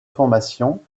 formation